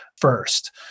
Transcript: first